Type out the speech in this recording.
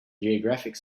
geographic